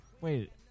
Wait